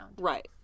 Right